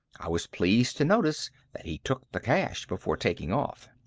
i was pleased to notice that he took the cash before taking off.